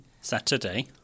Saturday